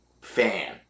Fan